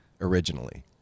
originally